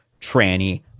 tranny